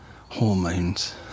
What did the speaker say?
hormones